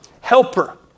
helper